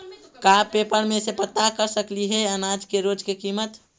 का पेपर में से पता कर सकती है अनाज के रोज के किमत?